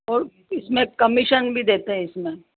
और इसमें कमीशन भी देते हैं इसमें